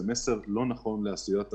כי זה מסר לא נכון לעשיית העסקים.